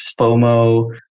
FOMO